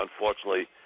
Unfortunately